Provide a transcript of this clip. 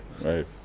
Right